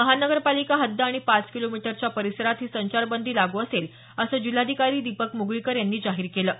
महानगरपालिका हद्द आणि पाच किलोमीटरच्या परिसरात ही संचारबंदी लागू असेल असं जिल्हाधिकारी दिपक मुगळीकर यांनी जाहीर केलं आहे